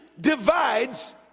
divides